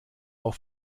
auch